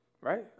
right